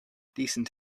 decent